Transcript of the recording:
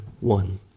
one